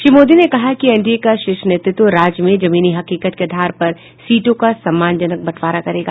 श्री मोदी ने कहा कि एनडीए का शीर्ष नेतृत्व राज्य में जमीनी हकीकत के आधार पर सीटों का सम्मानजनक बंटवारा करेगा